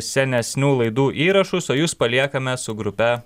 senesnių laidų įrašus o jus paliekame su grupe